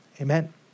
Amen